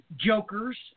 jokers